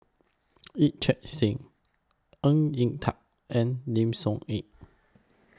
Yee Chia Hsing Ng Yat Chuan and Lim Soo Ngee